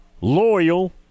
loyal